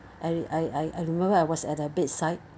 I I I remember I was at the bedside